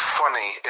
funny